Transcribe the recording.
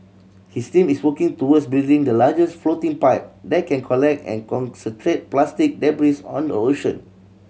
his team is working towards building the largest floating pipe that can collect and concentrate plastic debris on the ocean